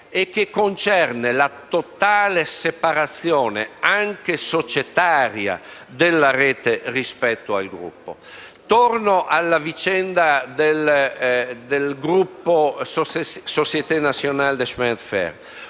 - riguardante la totale separazione, anche societaria, della rete rispetto al Gruppo. Torno alla vicenda del gruppo Société Nationale des Chemins de